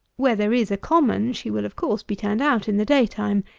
where there is a common, she will, of course, be turned out in the day time,